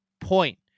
point